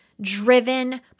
driven